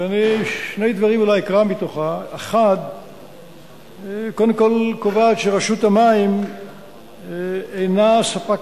ושני דברים אני אולי אקרא מתוכה: 1. רשות המים אינה ספק